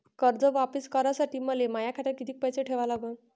कर्ज वापिस करासाठी मले माया खात्यात कितीक पैसे ठेवा लागन?